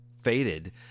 faded